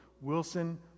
Wilson